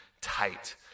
tight